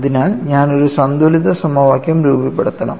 അതിനാൽ ഞാൻ ഒരു സന്തുലിത സമവാക്യം തൃപ്തിപ്പെടുത്തണം